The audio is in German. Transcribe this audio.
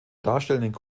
darstellenden